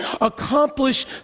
accomplish